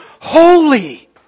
holy